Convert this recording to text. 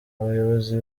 abayobozi